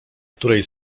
której